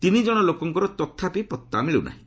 ତିନି ଜଣ ଲୋକଙ୍କର ତଥାପି ପତ୍ତା ମିଳୁନାହିଁ